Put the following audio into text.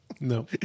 No